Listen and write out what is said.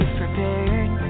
prepared